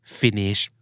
finish